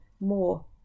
more